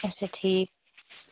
اچھا ٹھیٖک